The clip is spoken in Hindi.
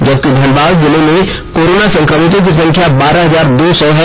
जबकि धनबाद जिले में कोरोना संक्रमितों की संख्या बारह हजार दो सौ से अधिक है